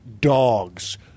dogs